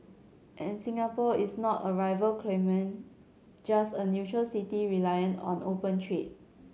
and Singapore is not a rival claimant just a neutral city reliant on the open trade